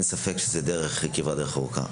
אין ספק שזו כברת דרך ארוכה.